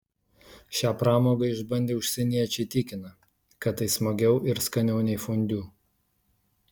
šią pramogą išbandę užsieniečiai tikina kad tai smagiau ir skaniau nei fondiu